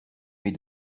mes